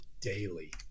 daily